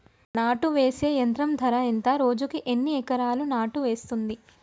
నాటు వేసే యంత్రం ధర ఎంత రోజుకి ఎన్ని ఎకరాలు నాటు వేస్తుంది?